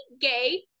gay